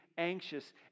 anxious